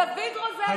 דוד רוזן,